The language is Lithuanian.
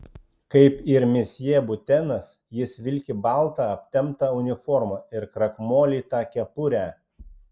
kaip ir misjė butenas jis vilki baltą aptemptą uniformą ir krakmolytą kepurę